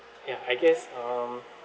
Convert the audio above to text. ya I guess um